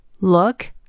look